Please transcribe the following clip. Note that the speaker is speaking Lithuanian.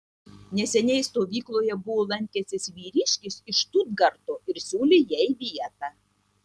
neseniai stovykloje buvo lankęsis vyriškis iš štutgarto ir siūlė jai vietą